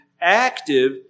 active